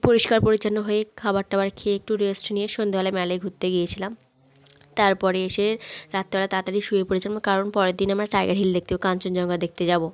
পরিস্কার পরিচ্ছন্ন হয়ে খাবার টাবার খেয়ে একটু রেস্ট নিয়ে সন্ধেবেলায় ম্যালে ঘুরতে গিয়েছিলাম তারপরে এসে রাত্রেবেলা তাড়াতাড়ি শুয়ে পড়েছিলাম কারণ পরের দিন আমরা টাইগার হিল দেখতে যাবো কাঞ্চনজঙ্ঘা দেখতে যাবো